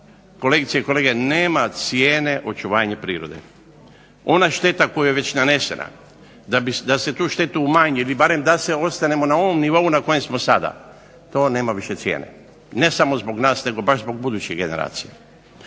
kolegice i kolege nema cijene očuvanja prirode. Ona šteta koja je već nanesena, da se tu štetu umanji, ili barem da se ostanemo na ovom nivou na kojem smo sada, to nema više cijene. Ne samo zbog nas, nego baš zbog budućih generacija.